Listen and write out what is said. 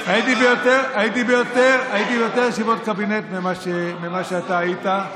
הייתי ביותר ישיבות קבינט ממה שאתה היית.